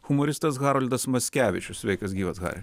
humoristas haroldas mackevičius sveikas gyvas hari